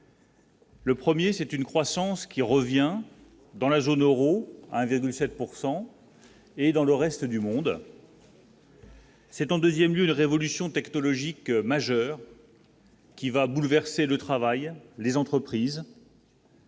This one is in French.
Le 1er c'est une croissance qui revient dans la zone Euro à 1,7 pourcent et et dans le reste du monde. C'est en 2ème lieu une révolution technologique majeure. Qui va bouleverser le travail, les entreprises.